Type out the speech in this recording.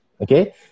okay